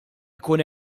jkun